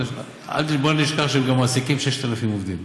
בוא לא נשכח שהם גם מעסיקים 6,000 עובדים.